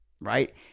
Right